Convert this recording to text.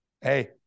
hey